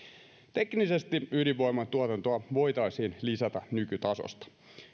teknisesti ydinvoiman tuotantoa voitaisiin lisätä nykytasosta